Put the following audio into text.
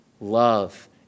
love